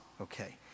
okay